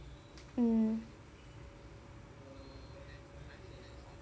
mm